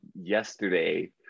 yesterday